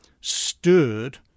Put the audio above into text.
stirred